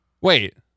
Wait